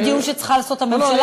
זה דיון שצריכה לעשות הממשלה.